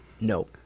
No